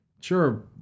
sure